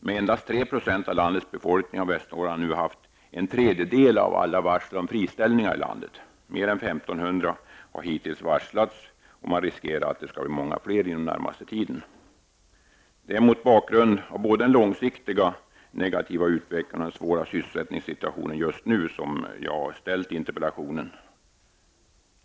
Med endast 3 % av landets befolkning har Västernorrland nu haft en tredjedel av alla landets varsel om friställningar. Mer än 1 500 har hittills varslats, och det finns risker för att det blir många fler inom den närmaste tiden. Det är mot bakgrund av både den långsiktiga negativa utvecklingen och den svåra sysselsättningssituationen just nu som jag har ställt interpellationen.